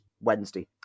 Wednesday